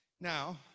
Now